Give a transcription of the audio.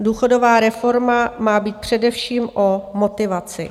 Důchodová reforma má být především o motivaci.